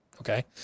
okay